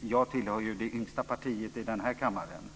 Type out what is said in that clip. Jag tillhör det yngsta partiet i kammaren.